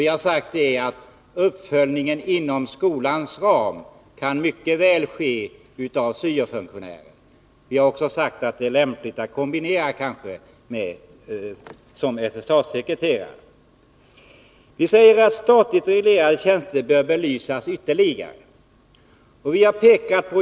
Vi har sagt att uppföljningen inom skolans ram mycket väl kan göras av syo-funktionärer och att det kanske är lämpligt att kombinera det med en tjänst som SSA-sekreterare. Vi säger att statligt reglerade tjänster bör belysas ytterligare.